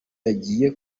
yagiye